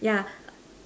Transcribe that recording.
yeah